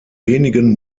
wenigen